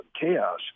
chaos